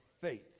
faith